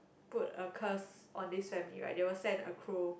put a curse on this family right they will send a crow